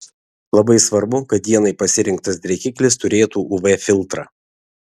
labai svarbu kad dienai pasirinktas drėkiklis turėtų uv filtrą